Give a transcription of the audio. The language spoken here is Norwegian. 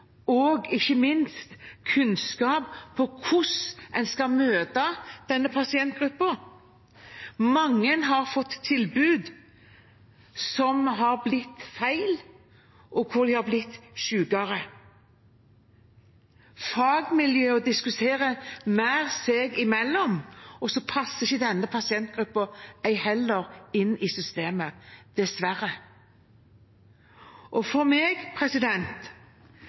og ikke minst kunnskap om hvordan en skal møte denne pasientgruppen. Mange har fått tilbud som har blitt feil, og hvor de har blitt sykere. Fagmiljøene diskuterer mer seg imellom, og så passer ikke denne pasientgruppen inn i systemet, dessverre.